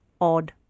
odd